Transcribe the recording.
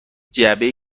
جعبه